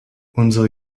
unsere